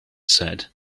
said